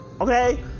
okay